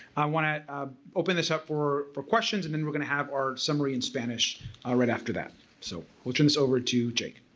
i want to open this up for questions and then we're going to have our summary in spanish right after that so we'll turn this over to jake.